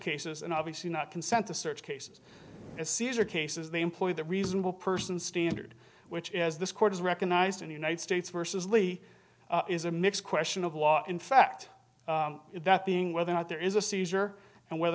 cases and obviously not consent to search cases as caesar cases they employ the reasonable person standard which as this court is recognized in the united states versus lee is a mix question of law in fact that being whether or not there is a seizure and whether